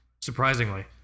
surprisingly